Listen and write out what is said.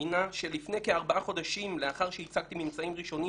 הינה שלפני כארבעה חודשים לאחר שהצגתי ממצאים ראשונים